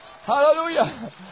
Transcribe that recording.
Hallelujah